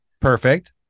Perfect